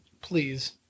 Please